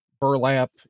burlap